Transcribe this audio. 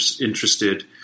interested